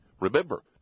Remember